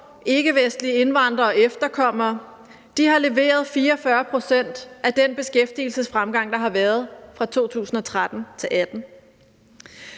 ikkevestlige indvandrere og efterkommere leveret 44 pct. af den beskæftigelsesfremgang, der har været fra 2013 til 2018.